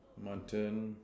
mutton